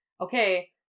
okay